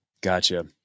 Gotcha